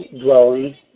dwelling